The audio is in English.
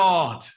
God